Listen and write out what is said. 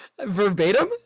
Verbatim